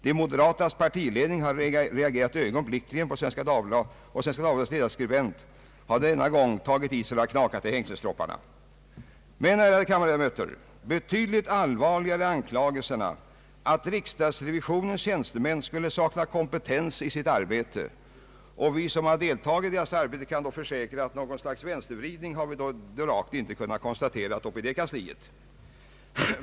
De moderatas partiledning har reagerat ögonblickligen, och Svenska Dagbladets ledarskribent har denna gång tagit i så det knakat i hängselstropparna. Men, ärade kammarledamöter, betydligt allvarligare är anklagelserna att riksdagsrevisionens tjänstemän skulle sakna kompetens i sitt arbete. Vi som har deltagit i detta arbete kan försäkra att något slags vänstervridning har vi absolut inte kunnat konstatera i det kansliet.